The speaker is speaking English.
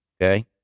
Okay